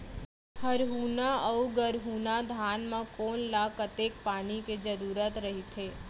हरहुना अऊ गरहुना धान म कोन ला कतेक पानी के जरूरत रहिथे?